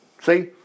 See